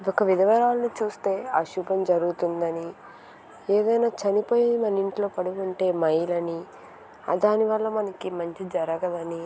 ఒక విధవరాలిని చూస్తే అశుభం జరుగుతుందని ఏదైనా చనిపోయి మన ఇంట్లో పడి ఉంటే మైల అని దాని వల్ల మనకి మంచి జరగదని